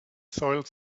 soiled